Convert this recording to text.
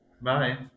Bye